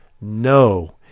No